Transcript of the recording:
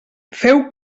feu